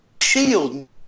shield